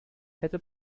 hätte